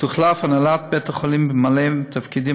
תוחלף הנהלת בית-החולים בממלאי תפקידים